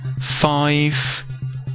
five